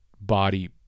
body